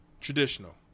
traditional